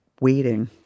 waiting